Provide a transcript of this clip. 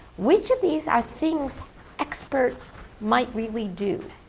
which of these are things experts might really do?